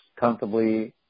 comfortably